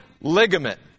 ligament